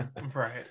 right